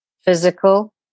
physical